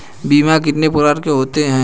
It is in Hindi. बीमा कितने प्रकार के होते हैं?